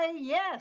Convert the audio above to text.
yes